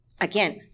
again